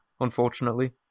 unfortunately